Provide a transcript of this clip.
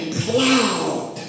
cloud